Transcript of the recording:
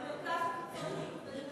המרכז הקיצוני.